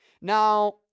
Now